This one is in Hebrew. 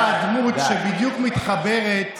אתה הדמות שבדיוק מתחברת